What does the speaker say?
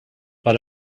but